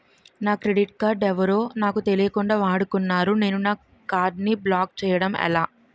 నా credit card ఎవరో నాకు తెలియకుండా వాడుకున్నారు నేను నా కార్డ్ ని బ్లాక్ చేయడం ఎలా?